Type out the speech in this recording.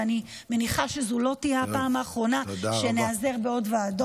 ואני מניחה שזו לא תהיה הפעם האחרונה שניעזר בעוד ועדות,